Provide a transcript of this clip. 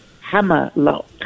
Hammerlock